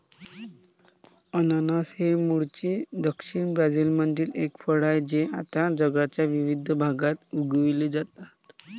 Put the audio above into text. अननस हे मूळचे दक्षिण ब्राझीलमधील एक फळ आहे जे आता जगाच्या विविध भागात उगविले जाते